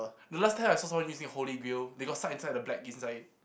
the last time I saw someone using holy grail they got stuck inside the black